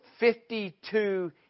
52